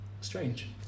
strange